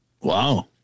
Wow